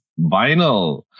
vinyl